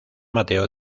mateo